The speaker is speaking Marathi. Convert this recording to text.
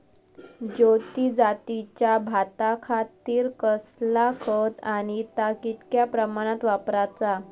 ज्योती जातीच्या भाताखातीर कसला खत आणि ता कितक्या प्रमाणात वापराचा?